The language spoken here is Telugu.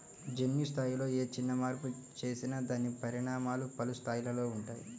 జన్యు స్థాయిలో ఏ చిన్న మార్పు చేసినా దాని పరిణామాలు పలు స్థాయిలలో ఉంటాయి